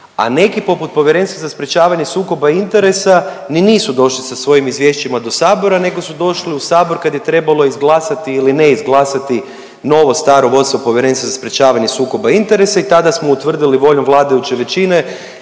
a neki poput Povjerenstva za sprječavanje sukoba interesa ni nisu došli sa svojim izvješćima do sabora nego su došli u sabor kad je trebalo izglasati ili ne izglasati novo staro vodstvo Povjerenstva za sprječavanje sukoba interesa i tada smo utvrdili voljom vladajuće većine